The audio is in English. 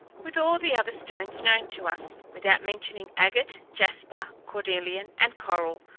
with all the other stones known to us, without mentioning agate, jasper, cornelian, and coral,